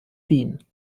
wien